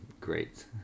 great